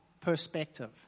perspective